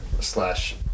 slash